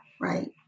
right